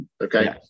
Okay